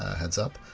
heads up,